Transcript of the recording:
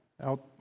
out